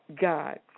God